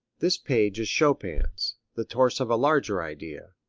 this page of chopin's, the torso of a larger idea,